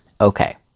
Okay